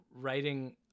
writing